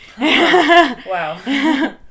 Wow